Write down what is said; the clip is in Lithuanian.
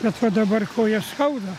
bet va dabar koja skauda